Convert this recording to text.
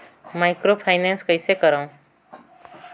Microfinance कइसे करव?